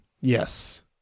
Yes